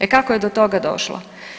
E kako je do toga došlo?